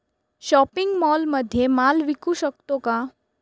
Shopping मॉलमध्ये माल विकू शकतो का?